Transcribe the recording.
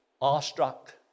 awestruck